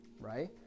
right